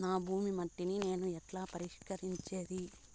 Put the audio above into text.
నా భూమి మట్టిని నేను ఎట్లా పరీక్షించేది?